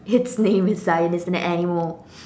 its a name is Zion it's an animal